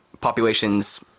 populations